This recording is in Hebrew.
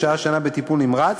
שהה שנה בטיפול נמרץ